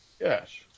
Yes